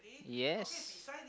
yes